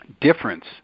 difference